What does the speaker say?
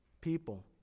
people